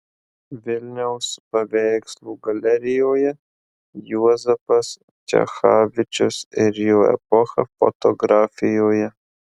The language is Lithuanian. vilniaus paveikslų galerijoje juozapas čechavičius ir jo epocha fotografijoje